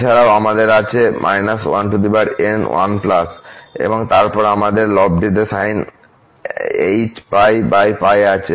এছাড়াও আমাদের আছে −1 n1 এবং তারপর আমাদের লবটিতে sinh π π আছে